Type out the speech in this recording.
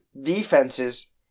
defenses